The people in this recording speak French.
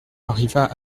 arriva